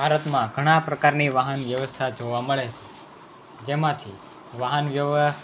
ભારતમાં ઘણા પ્રકારની વાહન વ્યવસ્થા જોવા મળે છે જેમાંથી વાહન વ્યવહાર